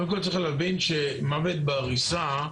קודם כל, צריך להבין שמוות בעריסה,